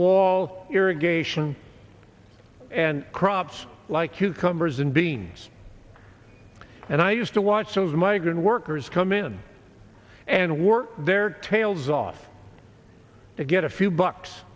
wall irrigation and crops like you cumbers and beans and i used to watch those migrant workers come in and work their tails off to get a few bucks